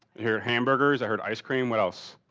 hear hamburgers, i heard ice cream, what else?